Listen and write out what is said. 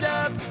up